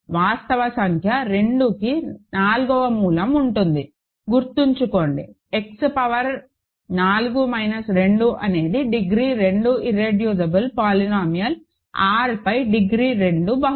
వాస్తవ సంఖ్య 2కి నాల్గవ మూలం ఉంటుంది గుర్తుంచుకోండి X పవర్ 4 మైనస్ 2 అనేది డిగ్రీ 2 ఇర్రెడ్యూసిబుల్ పోలినామియల్ R పై డిగ్రీ 2 బహుపది